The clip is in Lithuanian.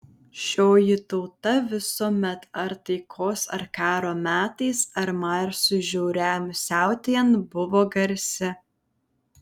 šioji tauta visuomet ar taikos ar karo metais ar marsui žiauriam siautėjant buvo garsi